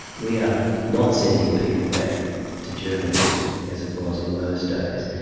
we are not sending people back to germany as it was in those days,